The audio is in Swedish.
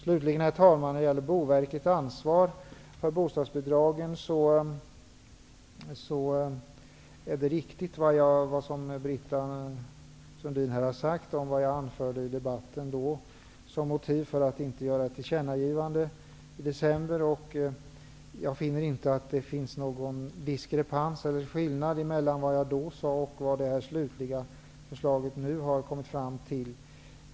Slutligen, herr talman, när det gäller Boverkets ansvar för bostadsbidragen är det riktigt vad Britta Sundin har sagt om vad jag anförde i debatten i december som motiv för att inte göra ett tillkännagivande. Jag finner inte att det finns någon skillnad mellan vad jag då sade och vad man i det slutliga förslaget nu har kommit fram till.